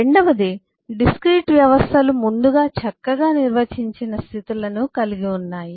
రెండవది డిస్క్రీట్ వ్యవస్థలు ముందుగా చక్కగా నిర్వచించిన స్థితులను కలిగి ఉన్నాయి